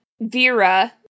Vera